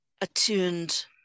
attuned